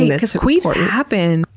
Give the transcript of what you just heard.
because queefs happen!